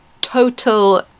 Total